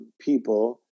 people